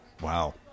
Wow